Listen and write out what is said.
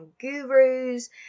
gurus